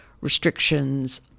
restrictions